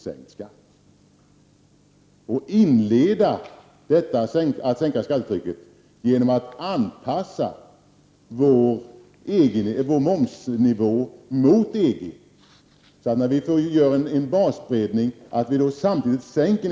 Sänkningen av skattetrycket borde inledas med att vi anpassar vår momsnivå mot EG, så att vi sänker nivån samtidigt som vi gör en basbreddning.